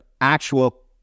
actual